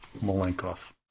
Malenkov